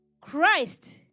Christ